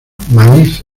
maíz